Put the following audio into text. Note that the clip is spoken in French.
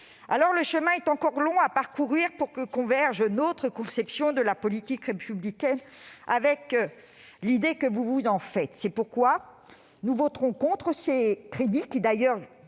! Le chemin est encore long pour que convergent notre conception de la police républicaine et l'idée que vous vous en faites. C'est pourquoi nous voterons contre ces crédits, qui, d'ailleurs,